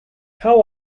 how